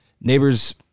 neighbors